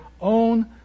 own